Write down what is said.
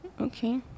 Okay